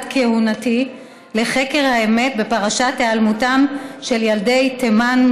כהונתי לחקר האמת בפרשת היעלמותם של ילדי תימן,